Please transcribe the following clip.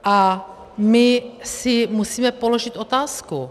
A my si musíme položit otázku.